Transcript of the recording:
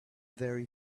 very